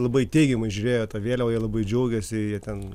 labai teigiamai žiūrėjo į tą vėliavą jie labai džiaugėsi jie ten